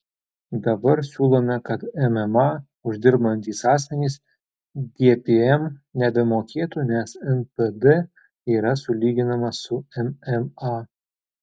dabar siūlome kad mma uždirbantys asmenys gpm nebemokėtų nes npd yra sulyginamas su mma